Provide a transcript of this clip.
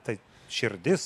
tai širdis